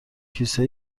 کیسه